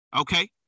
Okay